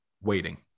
waiting